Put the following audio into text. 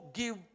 give